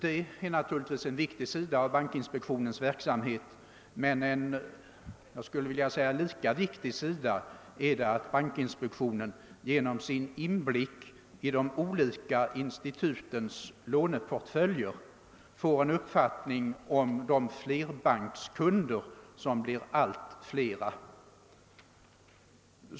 Det är naturligtvis en viktig sida av bankinspektionens verksamhet, men jag skulle vilja säga att en lika viktig sida är att bankinspektionen genom sin inblick i de olika institutens låneportföljer får en uppfattning om de flerbankskunder som blir allt flera.